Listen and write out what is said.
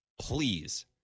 please